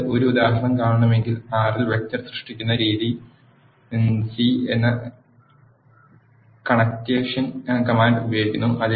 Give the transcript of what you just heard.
നിങ്ങൾക്ക് ഒരു ഉദാഹരണം കാണണമെങ്കിൽ R ൽ വെക്റ്റർ സൃഷ്ടിക്കുന്ന രീതി c എന്ന കൺകാറ്റെനേഷൻ കമാൻഡ് ഉപയോഗിക്കുന്നു